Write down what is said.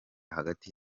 hagati